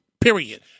Period